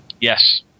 Yes